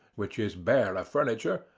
which is bare of furniture,